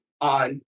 on